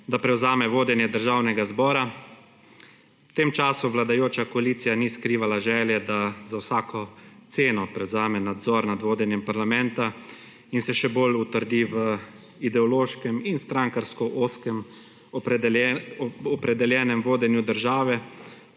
da prevzame vodenje Državnega zbora. V tem času vladajoča koalicija ni skrivala želje, da za vsako ceno prevzame nadzor nad vodenjem parlamenta in se še bolj utrdi v ideološkem in strankarsko ozkem opredeljenem vodenju države